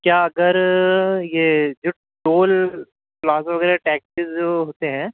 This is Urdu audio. کیا اگر یہ جو ٹول پلازوں کے ٹیکسز جو ہوتے ہیں